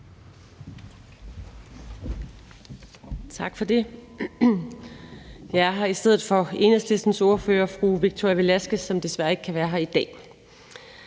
Tak for det. Jeg er her i stedet for Enhedslistens ordfører, fru Victoria Velasquez, som desværre ikke kan være her i dag.